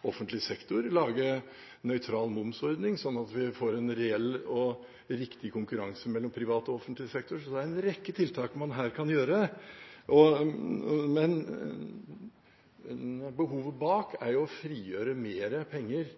offentlig sektor, lage en nøytral momsordning, slik at vi får en reell og riktig konkurranse mellom privat og offentlig sektor. Så det er en rekke tiltak man her kan gjøre, men behovet bak er å frigjøre mer penger